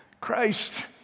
Christ